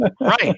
right